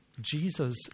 Jesus